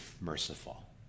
merciful